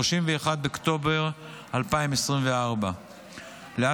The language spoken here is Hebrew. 31 באוקטובר 2024. אדוני,